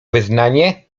wyznanie